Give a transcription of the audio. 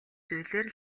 зүйлээр